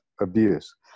abuse